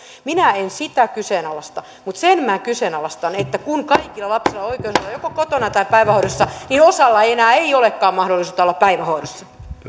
minä en sitä kyseenalaista mutta sen minä kyseenalaistan että kun kaikilla lapsilla on oikeus olla joko kotona tai päivähoidossa niin osalla ei enää olekaan mahdollisuutta olla päivähoidossa